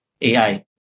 AI